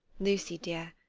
lucy dear,